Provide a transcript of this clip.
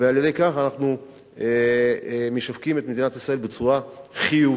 על-ידי כך אנחנו משווקים את מדינת ישראל בצורה חיובית,